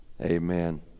Amen